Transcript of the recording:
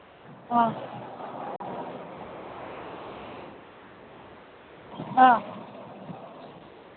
ꯑ ꯑ